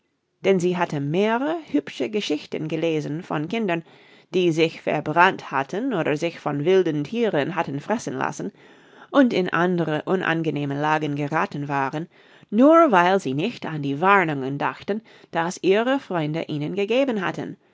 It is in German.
denn sie hatte mehre hübsche geschichten gelesen von kindern die sich verbrannt hatten oder sich von wilden thieren hatten fressen lassen und in andere unangenehme lagen gerathen waren nur weil sie nicht an die warnungen dachten die ihre freunde ihnen gegeben hatten